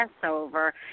Passover